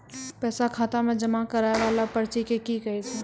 पैसा खाता मे जमा करैय वाला पर्ची के की कहेय छै?